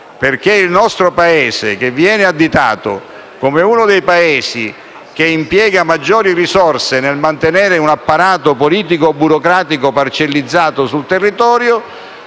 perché il nostro Paese, che viene additato come uno dei Paesi che impiega maggiori risorse nel mantenere un apparato politico e burocratico parcellizzato sul territorio,